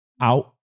out